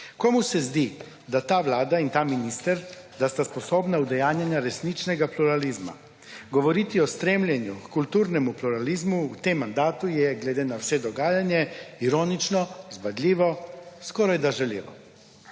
Komu se zdi, da ta Vlada in ta minister, da sta sposobna udejanjanja resničnega pluralizma? Govoriti o stremljenju h kulturnemu pluralizmu v tem mandatu je glede na vse dogajanje ironično, zbadljivo, skorajda žaljivo.